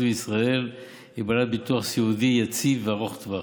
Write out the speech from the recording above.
בישראל היא בעלת ביטוח סיעודי יציב וארוך טווח.